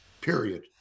Period